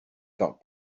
got